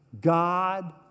God